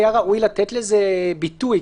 היה ראוי לתת לזה ביטוי.